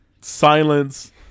silence